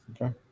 Okay